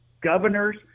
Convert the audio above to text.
governors